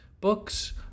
books